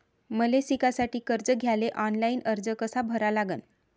मले शिकासाठी कर्ज घ्याले ऑनलाईन अर्ज कसा भरा लागन?